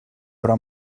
però